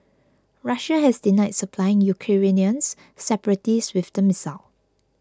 Russia has denied supplying Ukrainians separatists with the missile